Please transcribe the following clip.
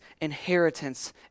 inheritance